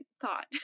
thought